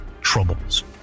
troubles